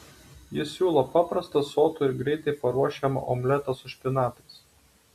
jis siūlo paprastą sotų ir greitai paruošiamą omletą su špinatais